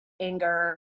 anger